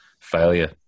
failure